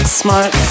smart